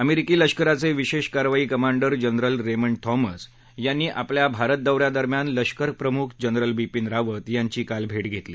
अमेरिकी लष्कराचे विशेष कारवाई कमांडर जनरल रेमंड थॉमस यांनी आपल्या भारत दौऱ्यादरम्यान लष्करप्रमुख जनरल बिपीन रावत यांची काल भेौ घेतली